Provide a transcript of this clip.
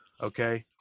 okay